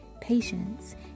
Patience